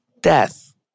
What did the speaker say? death